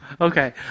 okay